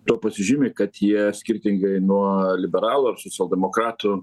tuo pasižymi kad jie skirtingai nuo liberalų ar socialdemokratų